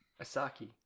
Asaki